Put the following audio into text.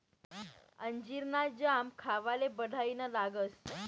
अंजीर ना जाम खावाले बढाईना लागस